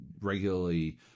regularly